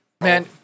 Man